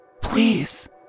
Please